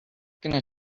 gonna